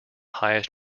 highest